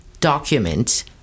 document